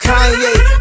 Kanye